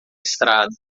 estrada